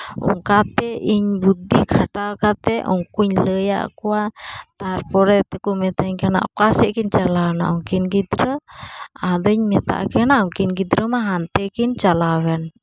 ᱚᱱᱠᱟ ᱛᱮ ᱤᱧ ᱵᱩᱫᱽᱫᱷᱤ ᱠᱷᱟᱴᱟᱣ ᱠᱟᱛᱮᱫ ᱩᱱᱠᱩᱧ ᱞᱟᱹᱭᱟᱜ ᱠᱚᱣᱟ ᱛᱟᱨᱯᱚᱨᱮ ᱛᱮᱠᱚ ᱢᱤᱛᱟᱹᱧ ᱠᱟᱱᱟ ᱚᱠᱟ ᱥᱮᱫ ᱠᱚ ᱪᱟᱞᱟᱣᱱᱟ ᱩᱱᱠᱤᱱ ᱜᱤᱫᱽᱨᱟᱹ ᱟᱫᱚᱧ ᱢᱮᱛᱟᱜ ᱠᱤᱱᱟᱹ ᱩᱱᱠᱤᱱ ᱜᱤᱫᱽᱨᱟᱹ ᱢᱟ ᱦᱟᱱᱛᱮ ᱠᱤᱱ ᱪᱟᱞᱟᱣᱮᱱ